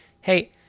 hey